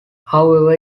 however